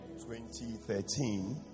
2013